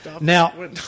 Now